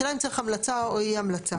השאלה אם צריך המלצה או אי המלצה?